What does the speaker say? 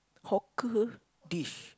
hawker dish